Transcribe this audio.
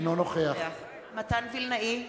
אינו נוכח מתן וילנאי,